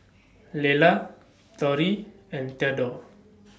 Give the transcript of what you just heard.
Lelar Torie and Theadore